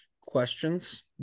questions